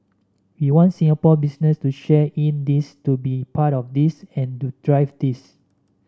we want Singapore business to share in this to be part of this and to drive this